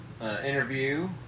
interview